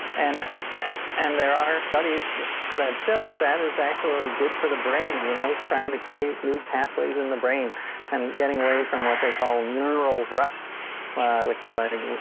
and ah and there are studies that show that that is actually good for the brain, you know trying to create new pathways in the brain and getting away from what they call neural ruts which are letting,